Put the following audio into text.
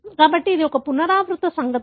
కాబట్టి ఇది ఒక పునరావృత సంఘటన